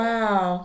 Wow